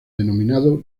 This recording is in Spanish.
denominado